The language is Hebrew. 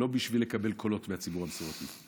לא בשביל לקבל קולות מהציבור המסורתי.